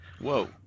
whoa